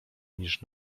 niż